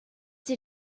did